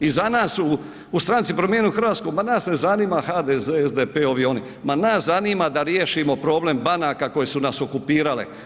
I za nas u stranci Promijenimo Hrvatsku, ma nas ne zanima HDZ, SDP ovi oni, ma nas zanima da riješimo problem banaka koje su nas okupirale.